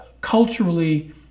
culturally